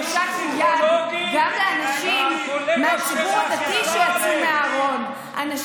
הושטנו יד גם לאנשים מהציבור הדתי שיצאו מהארון,